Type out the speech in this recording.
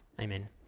Amen